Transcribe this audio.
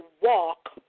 walk